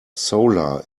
solar